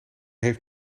heeft